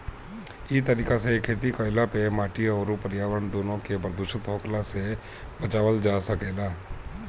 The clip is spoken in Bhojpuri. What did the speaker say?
इ तरीका से खेती कईला पे माटी अउरी पर्यावरण दूनो के प्रदूषित होखला से बचावल जा सकेला